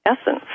essence